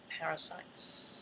parasites